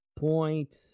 Point